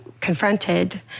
confronted